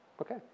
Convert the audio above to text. Okay